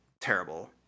terrible